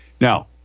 Now